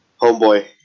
homeboy